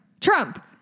Trump